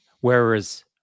Whereas